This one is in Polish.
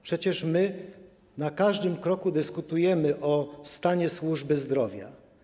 Przecież na każdym kroku dyskutujemy o stanie służby zdrowia.